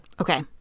Okay